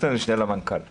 אני המשנה למנכ"ל מד"א.